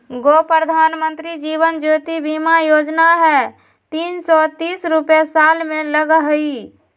गो प्रधानमंत्री जीवन ज्योति बीमा योजना है तीन सौ तीस रुपए साल में लगहई?